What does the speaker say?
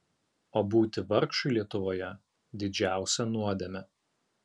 o būti vargšui lietuvoje didžiausia nuodėmė